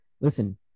listen